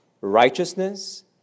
Righteousness